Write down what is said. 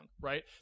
right